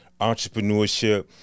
entrepreneurship